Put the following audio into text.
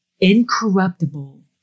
incorruptible